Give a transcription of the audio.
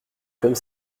comme